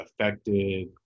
affected